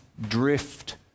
drift